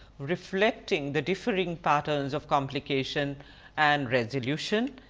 reflecting the differing patterns of complications and resolution.